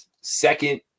second